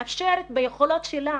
מאפשרת ביכולות שלה,